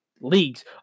leagues